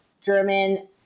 German